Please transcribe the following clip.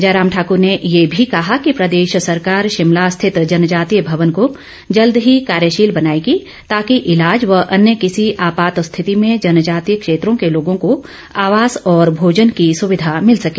जयराम ठाकर ने ये भी कहा कि प्रदेश सरकार शिमला स्थित जनजातीय भवन को जल्द ही कार्यशील बनाएगी ताकि ईलाज व अन्य किसी आपात स्थिति में जनजातीय क्षेत्रों के लोगों को आवास और भोजन की सुविधा मिल सके